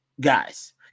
guys